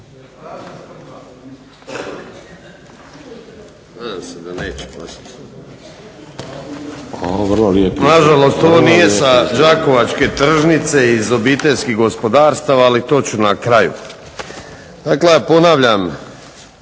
Na žalost ovo nije sa đakovačke tržnice iz obiteljskih gospodarstava ali to ću na kraju. Dakle, ponavljam